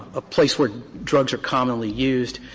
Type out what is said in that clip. a place where drugs are commonly used.